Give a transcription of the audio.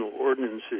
ordinances